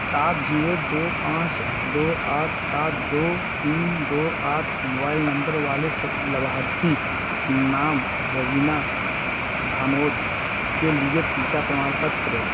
सात जीरो दो पाँच दो आठ सात दो तीन दो आठ मोबाइल नम्बर वाले लाभार्थी नाम रवीना भानोद के लिए टीका प्रमाणपत्र